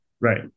Right